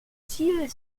ziel